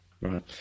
Right